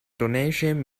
donation